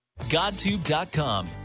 GodTube.com